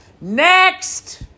Next